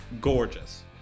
gorgeous